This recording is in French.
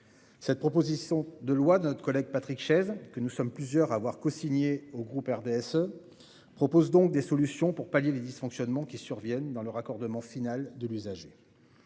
La proposition de loi de notre collègue Patrick Chaize, que nous sommes plusieurs à avoir cosignée au sein du groupe du RDSE, prévoit des solutions pour pallier les dysfonctionnements qui surviennent dans le raccordement final de l'usager.